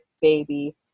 baby